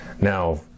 Now